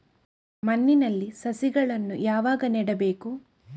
ಮಣ್ಣಿನಲ್ಲಿ ಸಸಿಗಳನ್ನು ಯಾವಾಗ ನೆಡಬೇಕು?